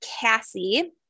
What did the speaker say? Cassie